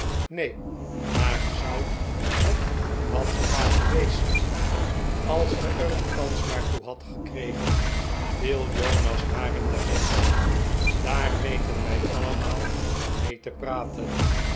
neen maar ge zoudt het wat graag geweest zijn als ge er de kans maar toe hadt gekregen viel jonas haar in de rede daar weten wij allemaal van mee te praten